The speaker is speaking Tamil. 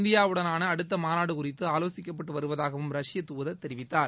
இந்தியா உடனான அடுத்த மாநாடு குறித்து ஆலோசிக்கப்பட்டு வருவதாகவும் ரஷ்ய தூதர் தெரிவித்தார்